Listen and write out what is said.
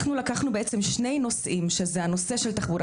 לקחנו בעצם שני נוסעים שזה הנושא של תחבורה